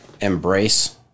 embrace